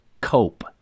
cope